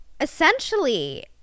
Essentially